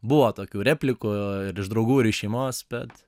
buvo tokių replikų ir iš draugų ir iš šeimos bet